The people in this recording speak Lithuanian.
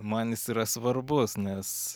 man jis yra svarbus nes